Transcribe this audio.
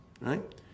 right